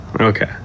Okay